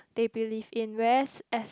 they believe in whereas as